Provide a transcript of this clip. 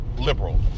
liberal